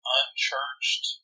unchurched